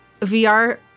vr